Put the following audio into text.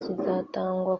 zizatangwa